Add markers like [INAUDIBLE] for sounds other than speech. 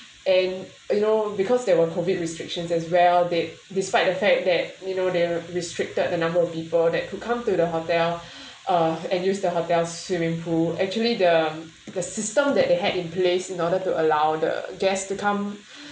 and you know because there were COVID restrictions as well they despite the fact that you know they restricted the number of people that who come to the hotel [BREATH] uh and use the hotel swimming pool actually the the system that they had in place in order to allow the guests to come